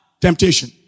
Temptation